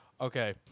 Okay